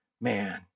man